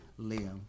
Liam